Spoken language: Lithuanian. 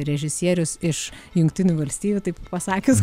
režisierius iš jungtinių valstijų taip pasakius